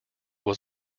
was